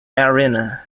arena